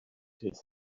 his